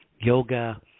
yoga